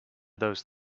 those